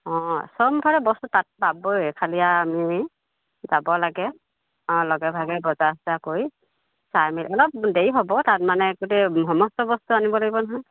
অঁ সব মুঠতে বস্তু তাত পাবই খালি আৰু আমি যাব লাগে অঁ লগে ভাগে বজাৰ চজাৰ কৰি চাই মিেলি অলপ দেৰি হ'ব তাত মানে গোটেই সমস্ত বস্তু আনিব লাগিব নহয়